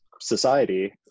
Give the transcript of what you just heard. society